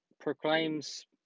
proclaims